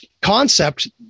concept